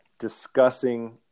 discussing